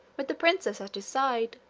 with the princess at his side.